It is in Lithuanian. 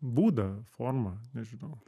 būdą formą nežinau